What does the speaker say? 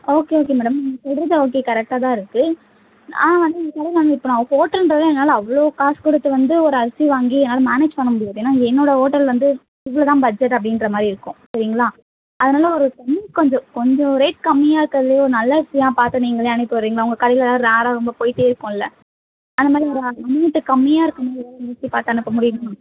okay okay madam நீங்கள் சொல்வது okay கரெக்டாக தான் இருக்குது ஆனால் வந்து உங்கள் கடையில வந்து இப்போ நான் போட்டிருந்தது என்னால் அவ்வளோ காசு கொடுத்து வந்து ஒரு அரிசி வாங்கி என்னால் மேனேஜ் பண்ண முடியாது ஏனால் இங்கே என்னோடய ஹோட்டல் வந்து இவ்வளோ தான் பஜ்ஜெட் அப்படின்ற மாதிரி இருக்கும் சரிங்களா அதனால ஒரு இன்னும் கொஞ்சம் கொஞ்சம் ரேட் கம்மியாக இருக்கிறதுலயே ஒரு நல்ல அரிசியாக பார்த்து நீங்களே அனுப்பி உட்ர்றீங்களா உங்கள் கடையில் ரேராக ரொம்ப போயிகிட்டே இருக்குமில்ல அந்த மாதிரி ரா அமௌண்ட்டு கம்மியாக இருக்கும்லை அந்த லிஸ்ட் பார்த்து அனுப்ப முடியுமா